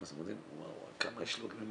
15 עמודים ואומר: וואו וואו כמה יש לי עוד ללמוד.